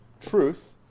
Truth